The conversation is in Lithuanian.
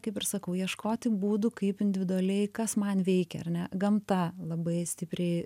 kaip ir sakau ieškoti būdų kaip individualiai kas man veikia ar ne gamta labai stipriai